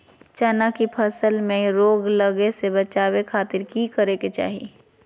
चना की फसल में रोग लगे से बचावे खातिर की करे के चाही?